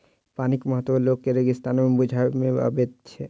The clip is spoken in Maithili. पानिक महत्व लोक के रेगिस्ताने मे बुझबा मे अबैत छै